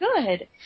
good